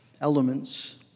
elements